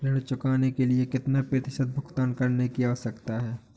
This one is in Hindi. ऋण चुकाने के लिए कितना प्रतिशत भुगतान करने की आवश्यकता है?